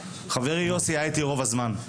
חברי יוסי היה איתי רוב הזמן.